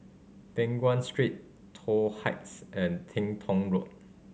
Peng Nguan Street Toh Heights and Teng Tong Road